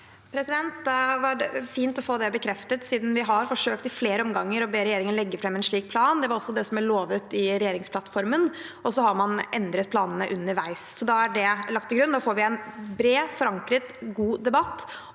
Det var fint å få det bekreftet, siden vi har forsøkt i flere omganger å be regjeringen legge fram en slik plan. Det er også det som er lovet i regjeringsplattformen, og så har man endret planene underveis. Da er det lagt til grunn. Nå får vi en bredt forankret, god debatt